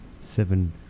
seven